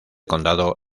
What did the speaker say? condado